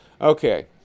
okay